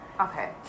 Okay